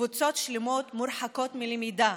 קבוצות שלמות מורחקות מלמידה,